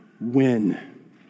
Win